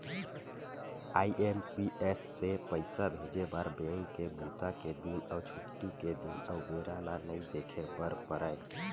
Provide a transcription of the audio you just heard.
IMPS से पइसा भेजे बर बेंक के बूता के दिन अउ छुट्टी के दिन अउ बेरा ल नइ देखे बर परय